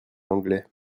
anglais